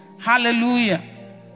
Hallelujah